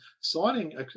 signing